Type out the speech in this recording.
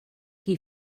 qui